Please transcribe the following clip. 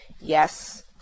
Yes